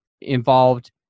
involved